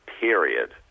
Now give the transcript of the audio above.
period